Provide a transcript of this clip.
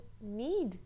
need